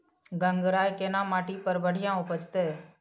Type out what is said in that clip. गंगराय केना माटी पर बढ़िया उपजते?